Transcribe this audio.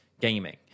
gaming